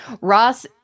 Ross